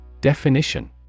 Definition